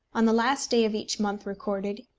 on the last day of each month recorded,